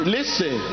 Listen